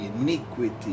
iniquity